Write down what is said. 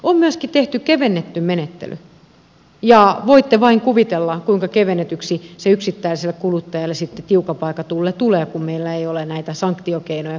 on myöskin tehty kevennetty menettely ja voitte vain kuvitella kuinka kevennetyksi se yksittäiselle kuluttajalle sitten tiukan paikan tullen tulee kun meillä ei ole näitä sanktiokeinoja kuitenkaan